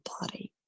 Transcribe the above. body